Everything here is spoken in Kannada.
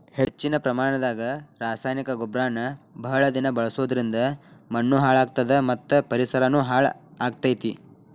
ಹೆಚ್ಚಿನ ಪ್ರಮಾಣದಾಗ ರಾಸಾಯನಿಕ ಗೊಬ್ಬರನ ಬಹಳ ದಿನ ಬಳಸೋದರಿಂದ ಮಣ್ಣೂ ಹಾಳ್ ಆಗ್ತದ ಮತ್ತ ಪರಿಸರನು ಹಾಳ್ ಆಗ್ತೇತಿ